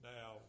Now